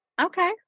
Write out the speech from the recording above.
okay